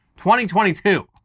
2022